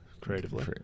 Creatively